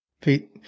Pete